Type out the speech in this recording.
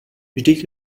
vždyť